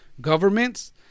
governments